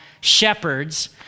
shepherds